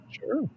Sure